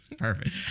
Perfect